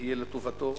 תהיה לטובתו,